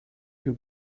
you